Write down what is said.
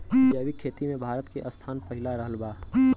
जैविक खेती मे भारत के स्थान पहिला रहल बा